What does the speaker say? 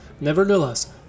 Nevertheless